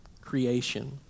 Creation